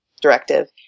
directive